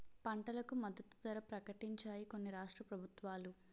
పంటలకు మద్దతు ధర ప్రకటించాయి కొన్ని రాష్ట్ర ప్రభుత్వాలు